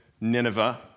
Nineveh